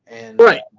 Right